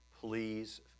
please